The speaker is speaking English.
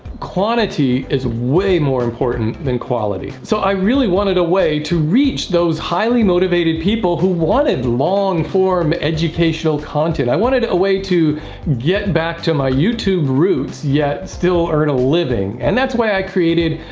quantity is way more important than quality. so i really wanted a way to reach those highly motivated people who wanted long-form educational content. i wanted a way to get back to my youtube roots yet still earn a living. and that's why i created.